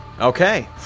Okay